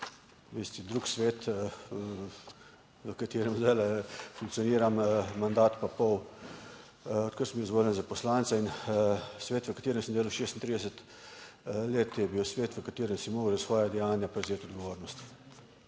Tisti drug svet v katerem zdaj funkcioniram mandat pa pol, odkar sem bil izvoljen za poslanca in svet v katerem sem delal 36 let, je bil svet v katerem sem moral za svoja dejanja prevzeti odgovornost.